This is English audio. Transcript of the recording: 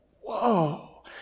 whoa